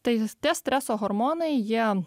tai tie streso hormonai jie